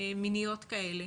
מיניות כאלה